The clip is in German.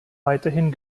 weiterhin